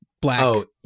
black